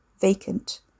vacant